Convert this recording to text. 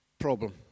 problem